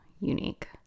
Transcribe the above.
unique